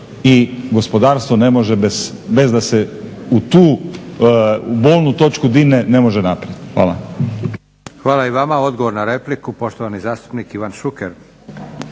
i gospodarstvo ne može bez da se u tu bolnu točku dirne ne može naprijed. Hvala. **Leko, Josip (SDP)** Hvala i vama. Odgovor na repliku, poštovani zastupnik Ivan Šuker.